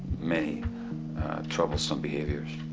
many troublesome behaviors.